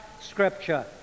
Scripture